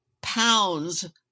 pounds